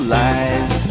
lies